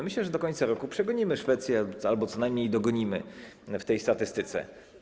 Myślę, że do końca roku przegonimy Szwecję albo co najmniej dogonimy w tej statystyce.